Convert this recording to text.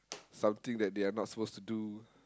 something that they are not supposed to do